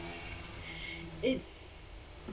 it's